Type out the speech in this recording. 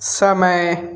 समय